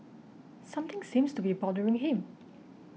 something seems to be bothering him